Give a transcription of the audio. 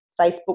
Facebook